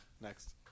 next